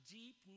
deep